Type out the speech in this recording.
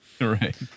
right